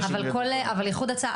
אבל איחוד הצלה,